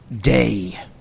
day